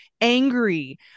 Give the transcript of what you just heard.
angry